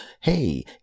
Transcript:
hey